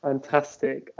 Fantastic